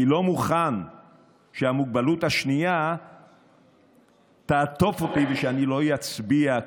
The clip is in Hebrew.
אני לא מוכן שהמוגבלות השנייה תעטוף אותי ואני לא אצביע,